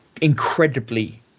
incredibly